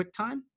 QuickTime